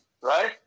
right